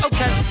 Okay